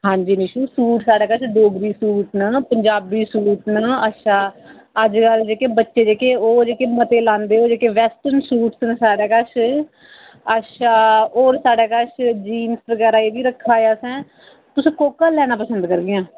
हां जी निशू सूट साढ़े कश डोगरी सूट न पंजाबी सूट न अच्छा अजकल जेह्के बच्चे जेह्के होर जेह्के मते लांदे ओह् जेह्के वैस्टर्न सूट न सारें कश अच्छा होर साढ़े कश जींस बगैरा एह्बी रक्खा ऐ असें तुस कोह्का लैना पसंद करगियां